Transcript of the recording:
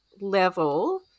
level